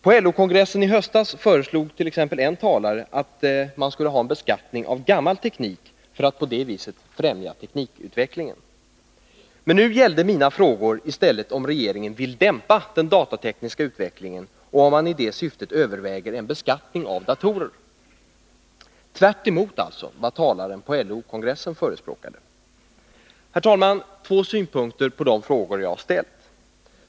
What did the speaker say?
På LO-kongressen i höstas föreslog t.ex. en talare att man skulle beskatta gammal teknik för att på det viset främja teknikutvecklingen. Men nu gällde mina frågor i stället om regeringen vill dämpa den datatekniska utvecklingen och om man i det syftet överväger en beskattning av datorer — alltså tvärtemot vad talaren på LO-kongressen förespråkade. Herr talman! Jag vill lämna två synpunkter på de frågor som jag har ställt.